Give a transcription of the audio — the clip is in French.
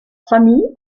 famille